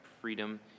freedom